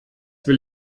will